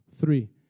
Three